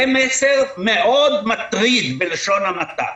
זה מסר מאוד מטריד, בלשון המעטה.